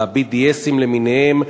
ה-BDS למיניהם,